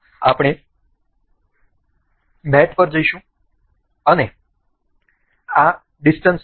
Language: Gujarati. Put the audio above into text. આપણે મેટ પર જઈશું અને આ ડીસ્ટન્સ લિમિટ